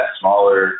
smaller